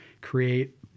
create